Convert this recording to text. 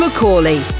McCauley